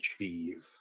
achieve